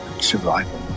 survival